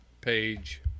page